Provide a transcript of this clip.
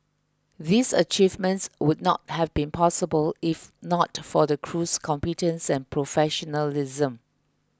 these achievements would not have been possible if not for the crew's competence and professionalism